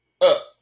up